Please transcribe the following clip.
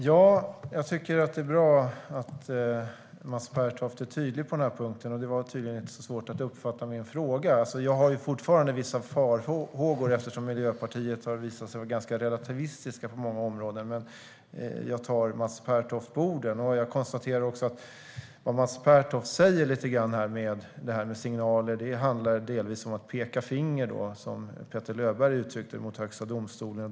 Herr talman! Det är bra att Mats Pertoft är tydlig på den här punkten. Och det var tydligen inte så svårt att uppfatta min fråga. Jag har fortfarande vissa farhågor eftersom Miljöpartiet har visat sig vara ganska relativistiska på många områden, men jag tar Mats Pertoft på orden. Jag konstaterar också att det Mats Pertoft säger om detta med signaler delvis handlar om att peka finger, som Petter Löberg uttryckte det, åt Högsta domstolen.